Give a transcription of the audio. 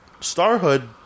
Starhood